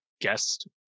guest